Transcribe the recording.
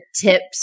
tips